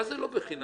מה זה "לא בחינם"?